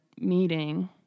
meeting